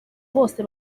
bose